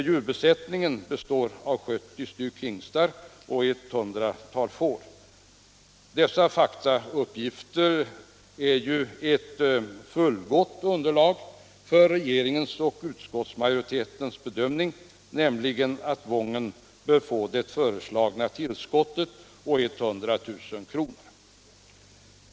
Djurbesättningen består av 70 hingstar och 100 får. Dessa fakta ger regeringen och utskottsmajoriteten ett fullgott underlag för bedömningen att Wången bör få det föreslagna tillskottet på 100 000 kr.